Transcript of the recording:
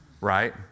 Right